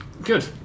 Good